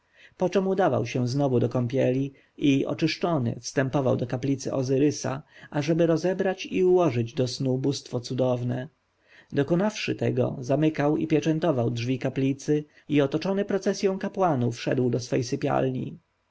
poczem udawał się znowu do kąpieli i oczyszczony wstępował do kaplicy ozyrysa ażeby rozebrać i ułożyć do snu bóstwo cudowne dokonawszy tego zamykał i pieczętował drzwi kaplicy i otoczony procesją kapłanów szedł do sypialni